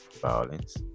violence